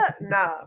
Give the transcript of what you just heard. Nah